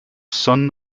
son